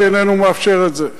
שאיננו מאפשר את זה?